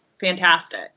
fantastic